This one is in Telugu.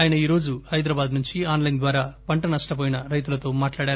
ఆయన ఈరోజు హైదరాబాద్ నుండి ఆన్ లైన్ ద్వారా పంట నష్టవోయిన రైతులతో మాట్లాడారు